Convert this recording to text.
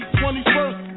21st